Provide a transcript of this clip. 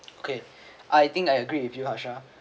okay I think I agree with you harsha